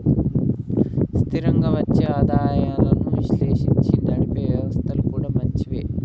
స్థిరంగా వచ్చే ఆదాయాలను విశ్లేషించి నడిపే వ్యవస్థలు కూడా మంచివే